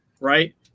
Right